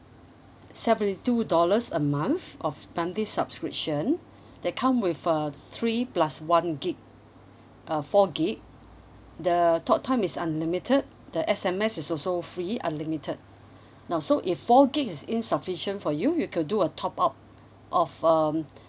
seventy two dollars a month of monthly subscription that come with uh three plus one gig uh four gig the talk time is unlimited the S_M_S is also free unlimited now so if four gigs is insufficient for you you could do a top up of um